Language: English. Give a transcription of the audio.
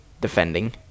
defending